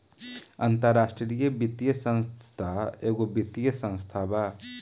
अन्तराष्ट्रिय वित्तीय संस्था एगो वित्तीय संस्था बा